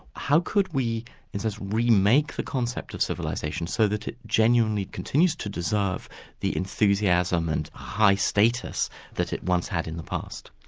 how could we in a sense, re-make the concept of civilisation so that it genuinely continues to deserve the enthusiasm and high status that it once had in the past?